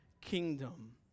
kingdom